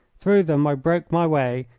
through them i broke my way,